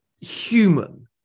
human